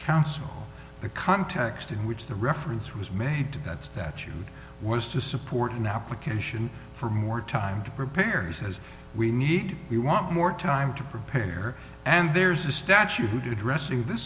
counsel the context in which the reference was made to that statute was to support an application for more time to prepare as we need we want more time to prepare and there's a statute addressing th